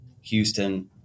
Houston